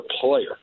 player